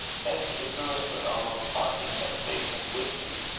hence it grew into an almost haunting temptation with hugh,